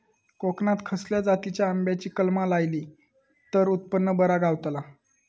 कोकणात खसल्या जातीच्या आंब्याची कलमा लायली तर उत्पन बरा गावताला?